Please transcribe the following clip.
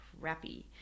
crappy